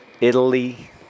Italy